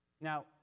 Now